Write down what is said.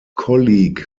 colleague